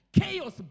chaos